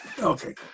Okay